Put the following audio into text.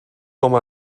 com